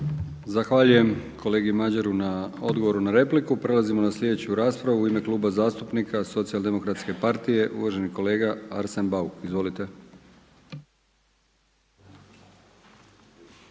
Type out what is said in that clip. Zahvaljujem kolegi Madjeru na odgovoru na repliku. Prelazimo na sljedeću raspravu. U ime Kluba zastupnika Socijaldemokratske partije uvaženi kolega Arsen Bauk. Izvolite.